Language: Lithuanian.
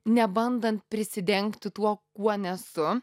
nebandant prisidengti tuo kuo nesu